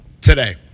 Today